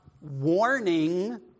warning